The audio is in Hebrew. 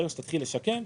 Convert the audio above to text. ברגע שתתחיל לשקם,